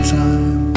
time